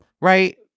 Right